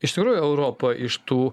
iš tikrųjų europa iš tų